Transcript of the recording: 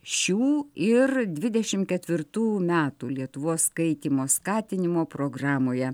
šių ir dvidešimt ketvirtų metų lietuvos skaitymo skatinimo programoje